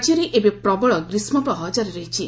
ରାଜ୍ୟରେ ଏବେ ପ୍ରବଳ ଗ୍ରୀଷ୍କ ପ୍ରବାହ ଜାରି ରହିଛି